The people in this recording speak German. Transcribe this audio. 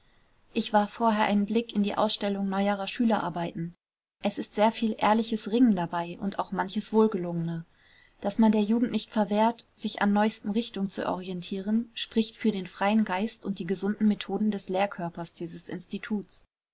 ich warf vorher einen blick in die ausstellung neuerer schülerarbeiten es ist sehr viel ehrliches ringen dabei und auch manches wohlgelungene daß man der jugend nicht verwehrt sich an neuesten richtungen zu orientieren spricht für den freien geist und die gesunden methoden des lehrkörpers dieses instituts